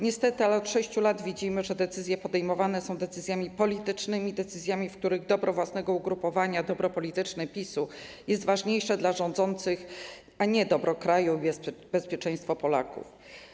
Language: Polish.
Niestety od 6 lat widzimy, że podejmowane decyzje są decyzjami politycznymi, decyzjami, w których dobro własnego ugrupowania, dobro polityczne PiS-u jest ważniejsze dla rządzących, a nie dobro kraju i bezpieczeństwo Polaków.